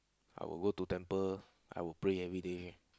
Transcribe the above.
I will go to temple I will pray every day